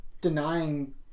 denying